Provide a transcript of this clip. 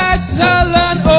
Excellent